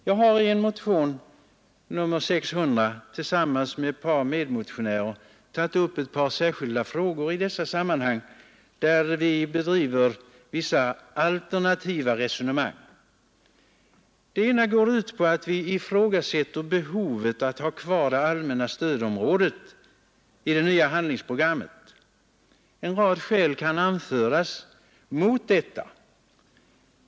Jag har i motionen 600 tillsammans med ett par medmotionärer tagit upp ett par särskilda frågor i dessa sammanhang där vi bedriver vissa alternativa resonemang. Det ena går ut på att vi ifrågasätter behovet av att ha kvar det allmänna stödområdet i det nya handlingsprogrammet. En rad skäl kan anföras mot detta.